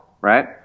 Right